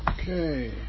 Okay